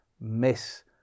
miss